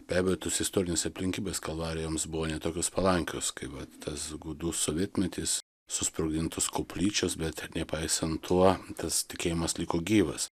be abejo tos istorinės aplinkybės kalorijoms buvo ne tokios palankios kaip va tas gūdus sovietmetis susprogdintos koplyčios bet nepaisant tuo tas tikėjimas liko gyvas